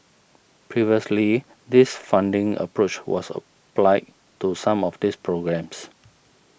previously this funding approach was applied to some of these programmes